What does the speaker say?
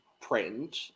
print